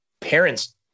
parents